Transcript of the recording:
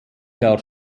jahr